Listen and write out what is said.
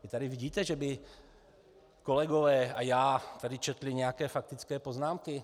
Vy tady vidíte, že bychom kolegové a já tady četli nějaké faktické poznámky?